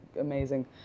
amazing